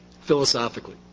philosophically